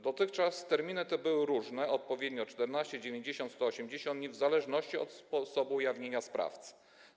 Dotychczas terminy te były różne - odpowiednio 14, 90, 180 dni - w zależności od sposobu ujawnienia sprawcy.